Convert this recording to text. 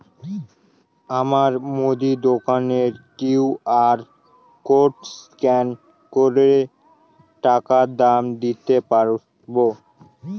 আমার মুদি দোকানের কিউ.আর কোড স্ক্যান করে টাকা দাম দিতে পারব?